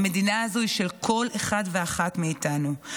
המדינה הזו של כל אחד ואחת מאיתנו.